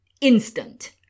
instant